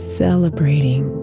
celebrating